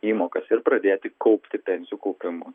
įmokas ir pradėti kaupti pensijų kaupimą